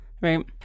Right